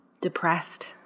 depressed